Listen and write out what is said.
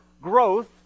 growth